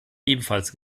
ebenfalls